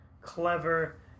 clever